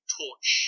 torch